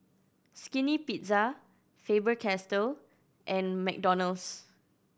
Skinny Pizza Faber Castell and McDonald's